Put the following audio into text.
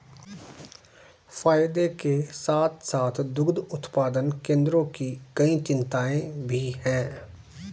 फायदे के साथ साथ दुग्ध उत्पादन केंद्रों की कई चिंताएं भी हैं